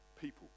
people